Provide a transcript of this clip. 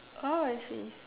orh I see